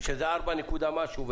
שזה 4 נקודה משהו,